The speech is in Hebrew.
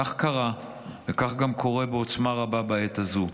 כך קרה וכך גם קורה בעוצמה רבה בעת הזו,